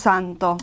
Santo